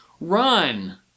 run